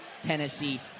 Tennessee